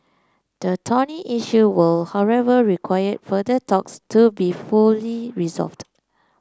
the thorny issue will however require further talks to be fully resolved